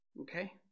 Okay